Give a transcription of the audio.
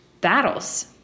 battles